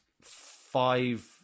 five